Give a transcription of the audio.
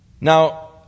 Now